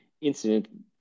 incident